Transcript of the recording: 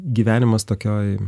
gyvenimas tokioj